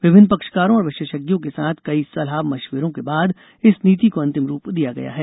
विभिन्न पक्षकारों और विशेषज्ञों के साथ कई सलाह मशविरों के बाद इस नीति को अंतिम रूप दिया गया है